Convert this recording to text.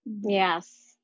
Yes